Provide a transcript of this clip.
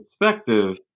perspective